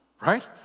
right